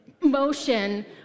motion